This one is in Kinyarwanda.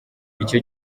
icyo